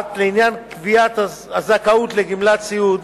מכרעת לעניין קביעת הזכאות לגמלת סיעוד,